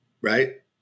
Right